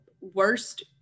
worst